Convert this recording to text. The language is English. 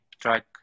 track